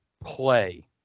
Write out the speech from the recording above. play